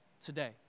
today